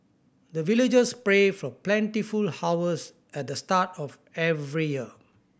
the villagers pray for plentiful harvest at the start of every year